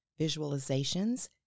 visualizations